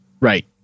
Right